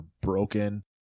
broken